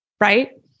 Right